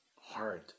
hard